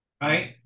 right